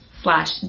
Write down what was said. slash